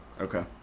Okay